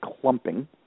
clumping